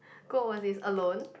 go overseas alone